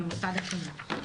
במוסד החינוך.